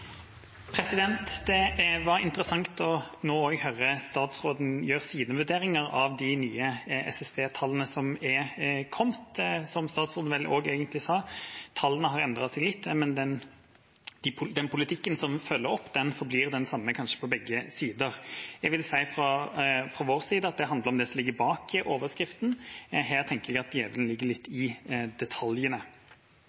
kommet. Som statsråden vel egentlig sa: Tallene har endret seg litt, men den politikken som følger dem opp, forblir den samme, kanskje på begge sider. Jeg vil si at fra vår side handler det om det som ligger bak overskriften. Her tenker jeg at djevelen ligger litt i